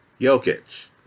Jokic